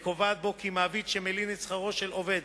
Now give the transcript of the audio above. וקובעת בו כי מעביד שמלין את שכרו של עובד